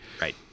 Right